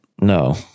No